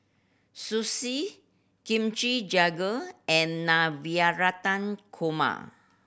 Sushi Kimchi Jjigae and Korma